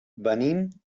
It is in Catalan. venim